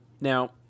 Now